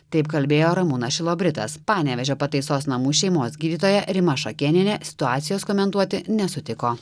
taip kalbėjo ramūnas šilobritas panevėžio pataisos namų šeimos gydytoja rima šakėnienė situacijos komentuoti nesutiko